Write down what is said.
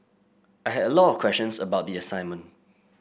I had a lot of questions about the assignment